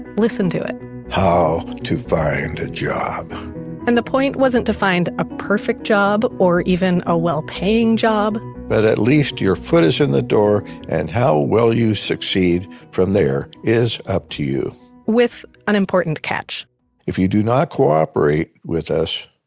listen to it how to find a job and the point wasn't defined a perfect job or even a well paying job but at least your foot is in the door and how well you succeed from there is up to you with an important catch if you do not cooperate with us,